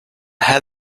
had